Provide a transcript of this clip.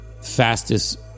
fastest